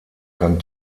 kann